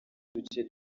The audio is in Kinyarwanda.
uduce